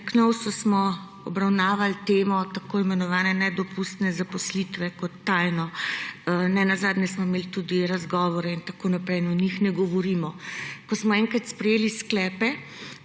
Knovsu smo obravnavali temo tako imenovane nedopustne zaposlitve kot tajno. Ne nazadnje smo imeli tudi razgovore in tako naprej in o njih ne govorimo. Ko smo enkrat sprejeli sklepe,